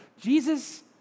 Jesus